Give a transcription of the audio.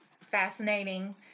fascinating